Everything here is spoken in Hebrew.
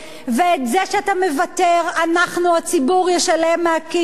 ועל זה שאתה מוותר, אנחנו, הציבור ישלם מהכיס שלו.